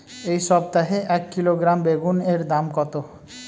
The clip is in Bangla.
এই সপ্তাহে এক কিলোগ্রাম বেগুন এর দাম কত?